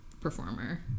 performer